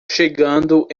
chegando